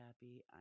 happy